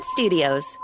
Studios